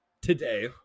today